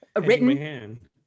written